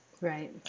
Right